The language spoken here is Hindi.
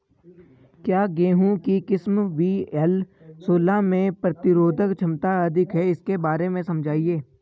क्या गेहूँ की किस्म वी.एल सोलह में प्रतिरोधक क्षमता अधिक है इसके बारे में समझाइये?